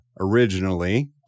originally